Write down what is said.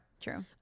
True